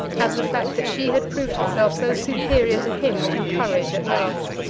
as the fact that she had proved herself so superior to him in courage at last,